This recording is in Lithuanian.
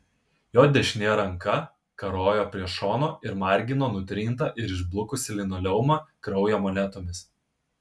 jo dešinė ranka karojo prie šono ir margino nutrintą ir išblukusį linoleumą kraujo monetomis